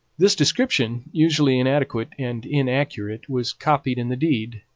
this description, usually inadequate and inaccurate, was copied in the deed,